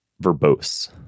verbose